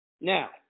Now